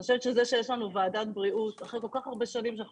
זה שיש לנו ועדת בריאות אחרי כל כך הרבה שנים שאנחנו